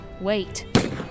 wait